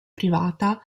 privata